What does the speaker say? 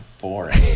boring